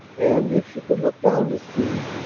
and, if she could look down to see,